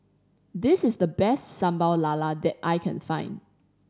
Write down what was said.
this is the best Sambal Lala that I can find